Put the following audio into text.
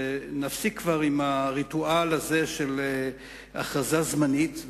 שנפסיק כבר עם הריטואל הזה של הכרזה זמנית,